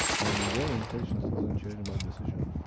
and your impatience doesn't change and my decision.